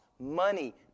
...money